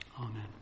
Amen